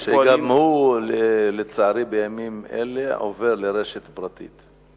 שגם הוא לצערי בימים אלה עובר לרשת פרטית.